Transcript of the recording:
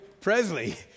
Presley